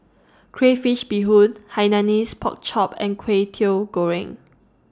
Crayfish Beehoon Hainanese Pork Chop and Kway Teow Goreng